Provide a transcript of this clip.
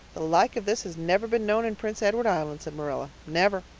the like of this has never been known in prince edward island, said marilla, never.